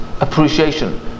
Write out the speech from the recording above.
appreciation